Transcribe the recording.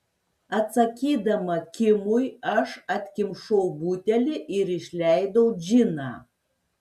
atsakydama kimui aš atkimšau butelį ir išleidau džiną